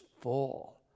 full